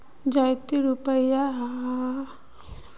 जयते रुपया आहाँ पाबे है उ पैसा हमर खाता से हि काट लिये आहाँ?